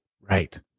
Right